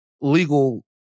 legal